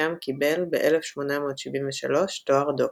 שם קיבל ב-1873 תואר דוקטור.